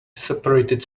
separated